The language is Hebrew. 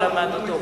הוא למד אותו.